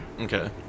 Okay